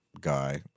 guy